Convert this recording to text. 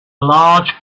large